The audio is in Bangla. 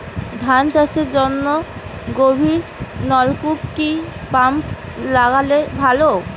ধান চাষের জন্য গভিরনলকুপ কি পাম্প লাগালে ভালো?